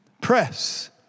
press